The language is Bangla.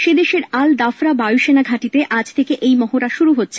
সেদেশের আল দাফরা বায়ুসেনা ঘাঁটিতে আজ থেকে এই মহড়া শুরু হচ্ছে